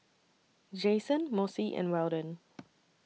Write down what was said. Jason Mossie and Weldon